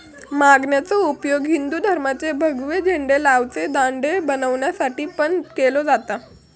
माणग्याचो उपयोग हिंदू धर्माचे भगवे झेंडे लावचे दांडे बनवच्यासाठी पण केलो जाता